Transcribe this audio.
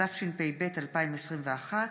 התשפ"ב 2021,